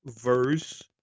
verse